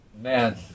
Man